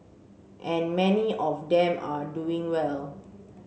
and many of them are doing well